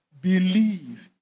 believe